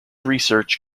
research